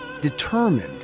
determined